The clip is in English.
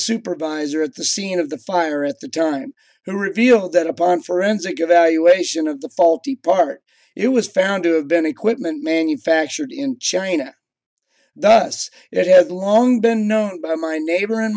supervisor at the scene of the fire at the time who revealed that upon forensic evaluation of the faulty part it was found to have been equipment manufactured in china thus it had long been known by my neighbor and